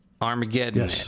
Armageddon